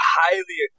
highly